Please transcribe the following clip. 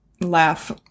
laugh